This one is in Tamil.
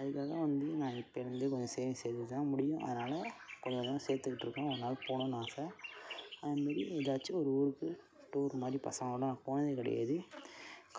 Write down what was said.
அதுக்காக வந்து நான் இப்போயிலேர்ந்தே கொஞ்சம் சேவிங்ஸ் சேர்த்து வச்சால் தான் முடியும் அதனாலே கொஞ்சம் கொஞ்சமாக சேர்த்துக்கிட்ருக்கேன் ஒருநாள் போகணுன்னு ஆசை அது மாரி ஏதாச்சும் ஒரு ஊருக்கு டூர் மாதிரி பசங்களோடு நான் போனதே கிடையாது